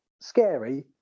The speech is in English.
scary